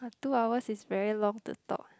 two hours is very long to talk